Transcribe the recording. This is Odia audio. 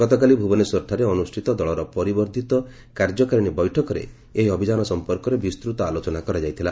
ଗତକାଲି ଭୁବନେଶ୍ୱରଠାରେ ଅନୁଷ୍ଠିତ ଦଳର ପରିବର୍ଦ୍ଧିତ କାର୍ଯ୍ୟକାରିଣୀ ବୈଠକରେ ଏହି ଅଭିଯାନ ସମ୍ପର୍କରେ ବିସ୍ତତ ଆଲୋଚନା କରାଯାଇଥିଲା